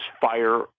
fire